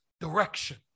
direction